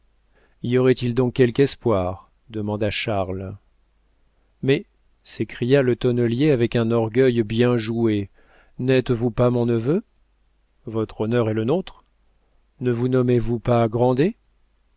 y aurait-il donc quelque espoir demanda charles mais s'écria le tonnelier avec un orgueil bien joué n'êtes-vous pas mon neveu votre honneur est le nôtre ne vous nommez-vous pas